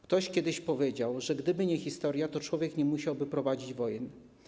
Ktoś kiedyś powiedział, że gdyby nie historia, to człowiek nie musiałby prowadzić wojen.